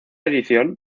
edición